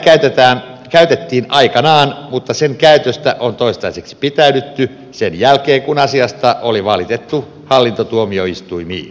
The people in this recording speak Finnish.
tarkkailuhaalaria käytettiin aikanaan mutta sen käytöstä on toistaiseksi pidättäydytty sen jälkeen kun asiasta oli valitettu hallintotuomioistuimiin